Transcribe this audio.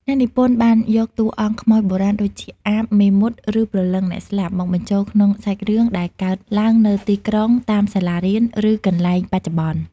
អ្នកនិពន្ធបានយកតួអង្គខ្មោចបុរាណដូចជា អាប មេមត់ ឬព្រលឹងអ្នកស្លាប់ មកបញ្ចូលក្នុងសាច់រឿងដែលកើតឡើងនៅទីក្រុង តាមសាលារៀន ឬកន្លែងបច្ចុប្បន្ន។